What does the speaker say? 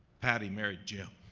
patty married jim.